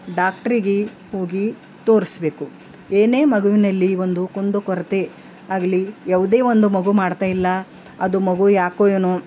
ಡಾಕ್ಟ್ರಿಗೆ ಹೋಗಿ ತೋರಿಸ್ಬೇಕು ಏನೇ ಮಗುವಿನಲ್ಲಿ ಒಂದು ಕುಂದು ಕೊರತೆ ಆಗ್ಲಿ ಯಾವ್ದೇ ಒಂದು ಮಗು ಮಾಡ್ತಾಯಿಲ್ಲ ಅದು ಮಗು ಯಾಕೋ ಏನೋ